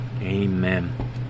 amen